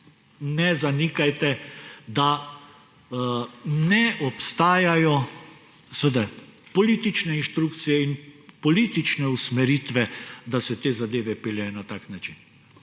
ne zanikajte, da ne obstajajo politične inštrukcije in politične usmeritve, da se te zadeve peljejo na tak način.